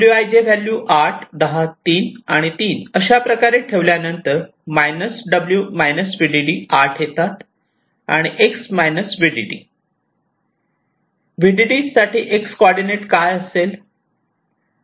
wij value 810 3 आणि 3 अशा प्रकारे ठेवल्यानंतर w vdd आठ येतात आणि x vdd व्हिडीडी साठी एक्स कॉर्डीनेट काय असेल